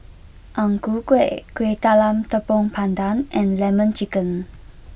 Ang Ku Kueh Kueh Talam Tepong Pandan and Lemon Chicken